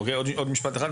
אוקיי, עוד משפט אחד.